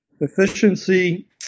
Efficiency